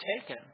taken